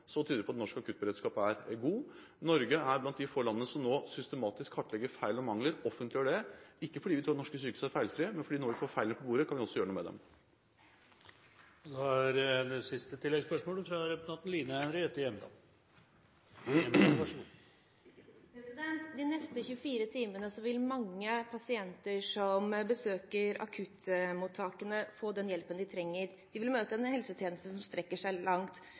tyder det på at norsk akuttberedskap er god. Norge er blant de få landene som nå systematisk kartlegger feil og mangler og offentliggjør det – ikke fordi vi tror at norske sykehus er feilfrie, men fordi når vi får feilene på bordet, kan vi også gjøre noe med dem. Line Henriette Hjemdal – til siste oppfølgingsspørsmål. De neste 24 timene vil mange pasienter som besøker akuttmottakene, få den hjelpen de trenger. De vil møte en helsetjeneste som strekker seg langt.